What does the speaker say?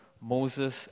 Moses